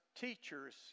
teachers